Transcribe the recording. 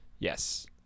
Yes